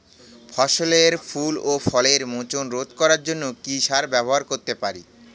ফসলের ফুল ও ফলের মোচন রোধ করার জন্য কি সার ব্যবহার করতে পারি?